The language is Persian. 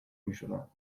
میشدن